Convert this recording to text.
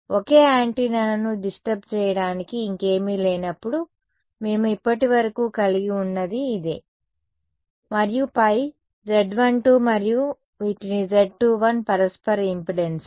ఒకే యాంటెన్నాను డిస్టర్బ్ చేయడానికి ఇంకేమీ లేనప్పుడు మేము ఇప్పటివరకు కలిగి ఉన్నదీ ఇదే మరియు పై Z12 మరియు వీటిని Z21 పరస్పర ఇంపెడెన్సు లు